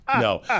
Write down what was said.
no